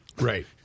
Right